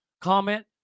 Comment